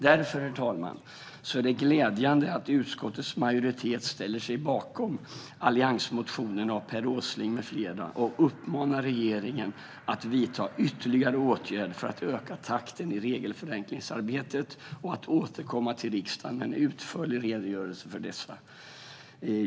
Därför, herr talman, är det glädjande att utskottets majoritet ställer sig bakom alliansmotionen av Per Åsling med flera och uppmanar regeringen att "vidta ytterligare åtgärder för att öka takten i regelförenklingsarbetet . och återkomma till riksdagen med en utförlig redogörelse för dessa".